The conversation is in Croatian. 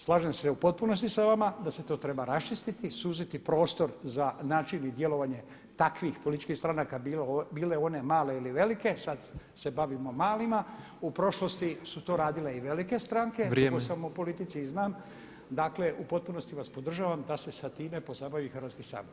Slažem se u potpunosti sa vama da se to treba raščistiti, suziti prostor za način i djelovanje takvih političkih stranaka bile one male ili velike, sada se bavimo malima, u prošlosti su to radile i velike stranke [[Upadica: Vrijeme.]] politici i znam, dakle u potpunosti vas podržavam da se sa time pozabavi Hrvatski sabor.